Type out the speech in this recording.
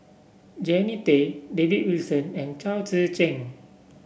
Jannie Tay David Wilson and Chao Tzee Cheng